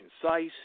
concise